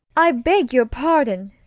i beg your pardon!